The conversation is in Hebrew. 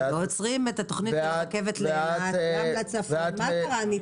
הזכרת את החלטת הממשלה לביטול התכנון.